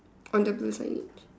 on the blue signage